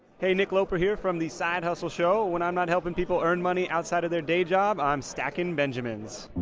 hey, nick loper here from the side hustle show. when i'm not helping people earn money outside of their day job, i'm stacking benjamins